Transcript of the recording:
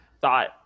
thought